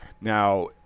Now